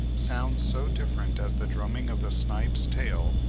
sounds so different as the drumming of the snipe's tail,